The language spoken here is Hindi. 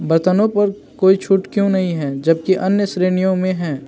बर्तनों पर कोई छूट क्यों नहीं है जबकि अन्य श्रेणियों में है